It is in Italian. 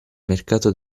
mercato